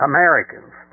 Americans